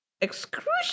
excruciating